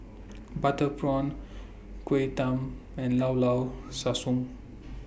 Butter Prawn Kuih Talam and Llao Llao Sanum